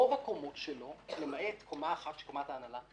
רוב הקומות שלו, למעט קומה אחת שהיא קומת ההנהלה,